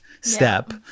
step